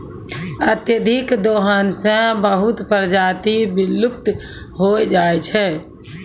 अत्यधिक दोहन सें बहुत प्रजाति विलुप्त होय जाय छै